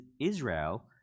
Israel